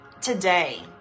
today